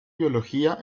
biología